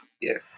Yes